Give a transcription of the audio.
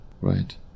Right